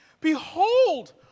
behold